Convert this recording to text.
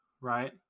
right